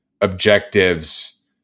objectives